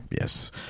Yes